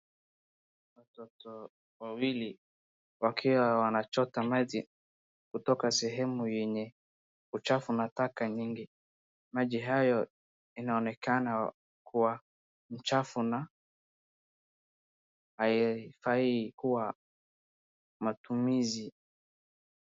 Watoto wawili wakiwa wanachota maji kutoka sehemu yenye uchafu na taka nyingi. Maji hayo inaonekana kuwa mchafu na haifai kwa matumizi.